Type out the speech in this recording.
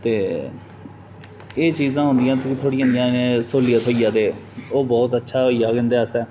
ते एह् चीजां होंदियां न थोह्ड़ी नेही स्हूलियत थ्होई जा ते ओह् बहुत अच्छा होआ जाह्ग उं'दे आस्तै